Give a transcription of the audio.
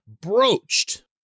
broached